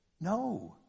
No